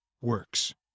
works